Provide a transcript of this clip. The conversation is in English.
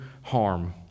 harm